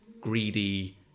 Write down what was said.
greedy